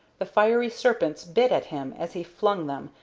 the fiery serpents bit at him as he flung them,